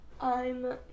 I'm-